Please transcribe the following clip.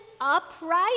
upright